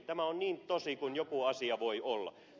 tämä on niin tosi kuin joku asia voi olla